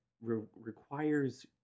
requires